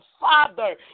Father